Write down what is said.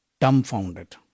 dumbfounded